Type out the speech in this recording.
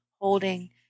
holding